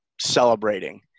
celebrating